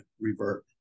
revert